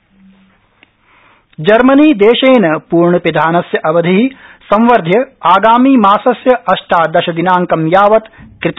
Germany जर्मनीदेशेन पूर्णपिधानस्य अवधि संवर्ध्य आगामीमासस्य अष्टादशदिनांकं यावत् कृत